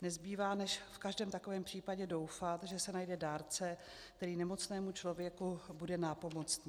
Nezbývá než v každém takovém případě doufat, že se najde dárce, který nemocnému člověku bude nápomocný.